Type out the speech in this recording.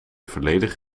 volledig